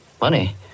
Money